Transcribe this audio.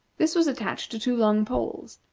this was attached to two long poles,